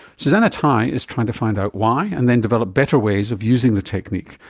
susannah tye is trying to find out why and then develop better ways of using the technique.